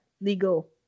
legal